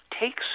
takes